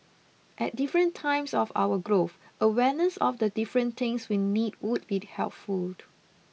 at different times of our growth awareness of the different things we need would be helpful